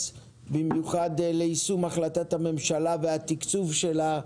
במיוחד ליישום החלטת הממשלה והתקצוב שלה,